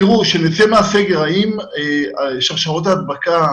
תראו, כאשר נצא מהסגר, האם שרשראות ההדבקה,